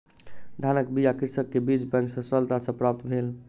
धानक बीया कृषक के बीज बैंक सॅ सरलता सॅ प्राप्त भेल